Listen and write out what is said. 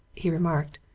he remarked,